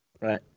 Right